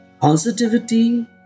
positivity